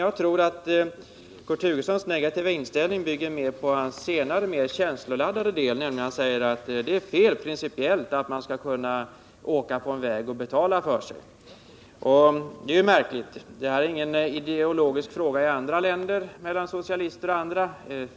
Jag tror att Kurt Hugossons negativa inställning främst bygger på det han sade i den mer känsloladdade delen av sitt anförande, nämligen att det är principiellt felaktigt att man skall få åka på en bra väg bara man kan betala för sig. Denna inställning är märklig, eftersom detta i andra länder inte är en fråga som ideologiskt skiljer socialister och andra.